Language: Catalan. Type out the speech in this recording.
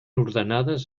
ordenades